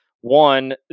one